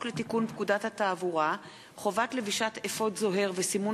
לתיקון פקודת התעבורה (חובת לבישת אפוד זוהר וסימון